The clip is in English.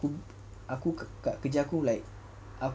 aku kat kerja aku like